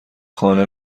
خانه